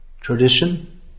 tradition